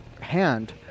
hand